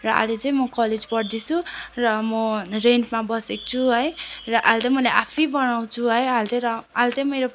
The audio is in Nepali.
र अहिले चाहिँ म कलेज पढ्दैछु र म रेन्टमा बसेको छु है र अहिले चाहिँ मैले आफै बनाउँछु है अहिले चाहिँ र अहिले त्यही मेरो